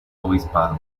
obispado